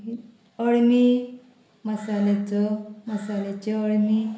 अळमी मसाल्याचो मसाल्याचे अळमी